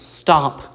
stop